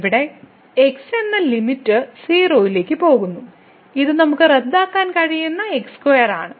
ഇവിടെ x എന്ന limit 0 ലേക്ക് പോകുന്നു ഇത് നമുക്ക് റദ്ദാക്കാൻ കഴിയുന്ന x2 ആണ്